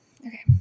Okay